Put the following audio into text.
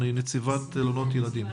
נציבת תלונות ילדים